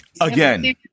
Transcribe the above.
Again